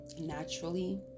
naturally